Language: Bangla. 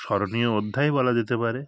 স্মরণীয় অধ্যায় বলা যেতে পারে